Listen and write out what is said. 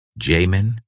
Jamin